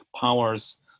powers